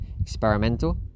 experimental